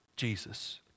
jesus